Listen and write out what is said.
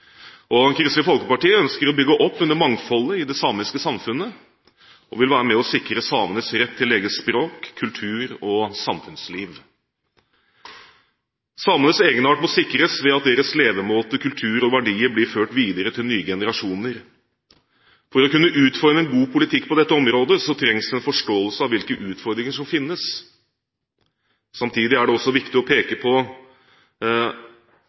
Kristelig Folkeparti ønsker å bygge opp under mangfoldet i det samiske samfunnet og vil være med og sikre samenes rett til eget språk, egen kultur og eget samfunnsliv. Samenes egenart må sikres ved at deres levemåte, kultur og verdier blir ført videre til nye generasjoner. For å kunne utforme en god politikk på dette området trengs det en forståelse av hvilke utfordringer som finnes. Samtidig er det også viktig å